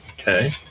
Okay